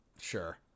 sure